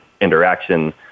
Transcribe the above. interaction